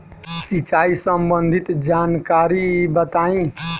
सिंचाई संबंधित जानकारी बताई?